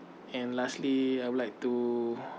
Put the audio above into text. and lastly I would like to